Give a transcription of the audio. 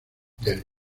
del